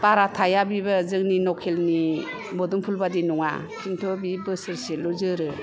बारा थाया बेबो जोंनि लकेलनि मोदुमफुल बायदि नङा खिन्थु बे बोसोरसेल' जोरो